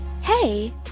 Hey